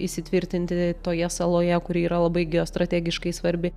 įsitvirtinti toje saloje kuri yra labai geostrategiškai svarbi